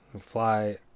fly